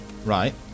right